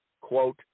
quote